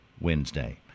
Wednesday